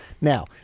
Now